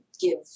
give